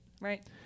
Right